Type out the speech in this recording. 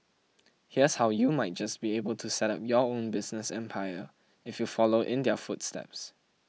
here's how you might just be able to set up your own business empire if you follow in their footsteps